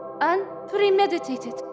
unpremeditated